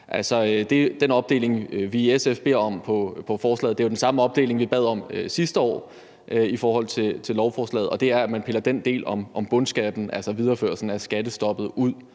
af forslaget, vi i SF beder om, er jo den samme opdeling, som vi bad om sidste år, og det er, at man piller den del om bundskatten, altså videreførelsen af skattestoppet, ud